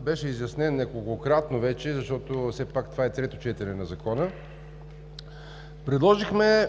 беше изяснен неколкократно вече, защото все пак това е трето четене на Закона. Предложихме